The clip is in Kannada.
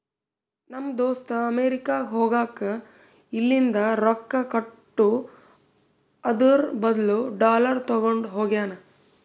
ನಮ್ ದೋಸ್ತ ಅಮೆರಿಕಾ ಹೋಗಾಗ್ ಇಲ್ಲಿಂದ್ ರೊಕ್ಕಾ ಕೊಟ್ಟು ಅದುರ್ ಬದ್ಲು ಡಾಲರ್ ತಗೊಂಡ್ ಹೋಗ್ಯಾನ್